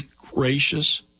gracious